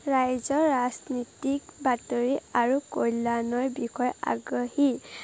ৰাইজৰ ৰাজনীতিক বাতৰি আৰু কল্যাণৰ বিষয়ে আগ্ৰহী